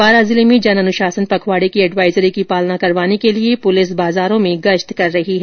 बारा जिले में जन अनुशासन पखवाडे की एडवाइजरी की पालना करवाने के लिए पुलिस बाजारों में गश्त कर रही है